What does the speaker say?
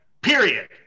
period